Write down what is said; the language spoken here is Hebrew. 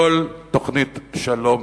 כל תוכנית שלום,